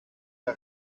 der